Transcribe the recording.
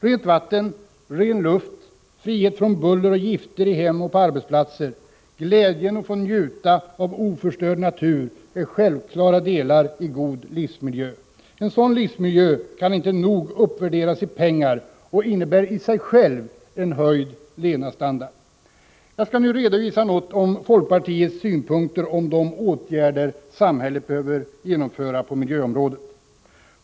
Rent vatten, ren luft, frihet från buller och gifter i hem och på arbetsplatser, glädjen att få njuta av oförstörd natur är självklara delar i en god livsmiljö. En sådan livsmiljö kan inte nog värderas i pengar och innebär i sig själv en höjd levnadsstandard. Jag skall nu något redovisa folkpartiets synpunkter på de åtgärder samhället behöver genomföra på miljöområdet.